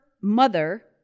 mother